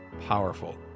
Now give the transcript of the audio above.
powerful